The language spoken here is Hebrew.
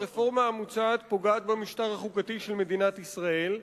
הרפורמה המוצעת פוגעת במשטר החוקתי של מדינת ישראל,